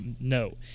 no